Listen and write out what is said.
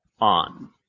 on